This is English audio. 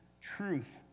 truth